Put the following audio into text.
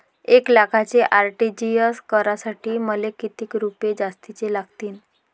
एक लाखाचे आर.टी.जी.एस करासाठी मले कितीक रुपये जास्तीचे लागतीनं?